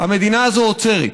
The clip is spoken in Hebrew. המדינה הזאת עוצרת.